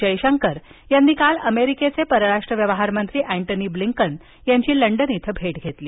जयशंकर यांनी काल अमेरिकेचे परराष्ट्र व्यवहार मंत्री अँटनी ब्लिंकन यांची लंडन इथं भेट घेतली